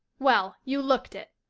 well, you looked it.